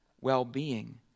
well-being